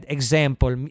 Example